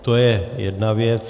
To je jedna věc.